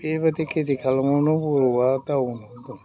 बेबायदि खेथि खालामनायावनो बबेबा गाव